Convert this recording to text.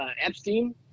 Epstein